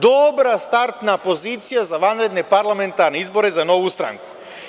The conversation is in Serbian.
Dobra startna pozicija za vanredne parlamentarne izbore za Novu stranku.